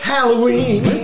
Halloween